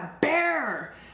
bear